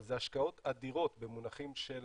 אבל אלה השקעות אדירות במונחים של